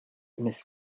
miss